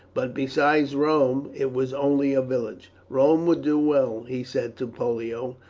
but beside rome it was only a village. rome would do well, he said to pollio,